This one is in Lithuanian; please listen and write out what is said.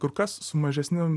kur kas su mažesniu